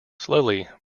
slowly